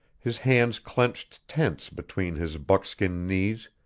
his hands clenched tense between his buckskin knees,